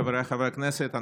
חבריי חברי הכנסת,